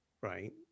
right